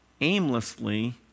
aimlessly